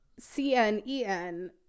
CNEN